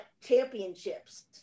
championships